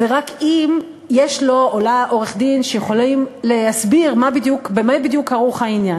ורק אם יש לו או לה עורך-דין שיכול להסביר במה בדיוק כרוך העניין.